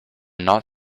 not